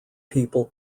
people